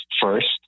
first